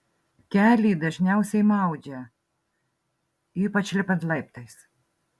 kelį dažniausiai maudžia ypač lipant laiptais